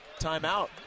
Timeout